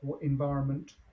environment